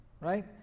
Right